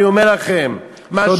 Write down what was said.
אני אומר לכם: מה שהיה הוא שיהיה.